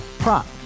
Prop